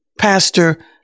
Pastor